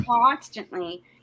constantly